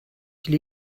die